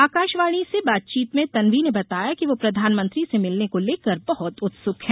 आकाशवाणी से बातचीत में तन्वी ने बताया कि वो प्रधानमंत्री से मिलने को लेकर बहत उत्सुक हैं